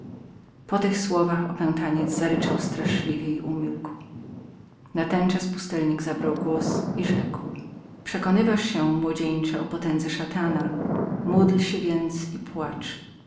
po tych słowach opętaniec zaryczał straszliwie i umilkłumilkł natenczas pustelnilkpustelnik zabrał głos i rzekł przekonywasz się teraz młodzieńcze o potędze szatana módl się więc i płacz